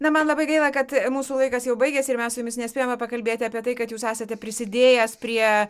na man labai gaila kad mūsų laikas jau baigėsi ir mes jumis nespėjome pakalbėti apie tai kad jūs esate prisidėjęs prie